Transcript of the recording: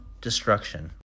destruction